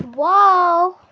wow